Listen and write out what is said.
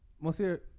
Monsieur